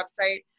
website